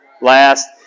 last